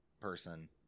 person